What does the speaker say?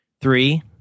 Three